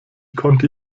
konnte